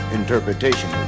interpretation